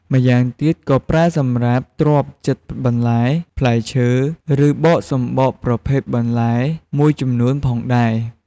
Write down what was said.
ម្យ៉ាងទៀត ក៏ប្រើសម្រាប់ទ្រាប់ចិតបន្លែ ផ្លែឈើ ឬបកសំបកប្រភេទបន្លែមួយចំនួនផងដែរ។